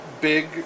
big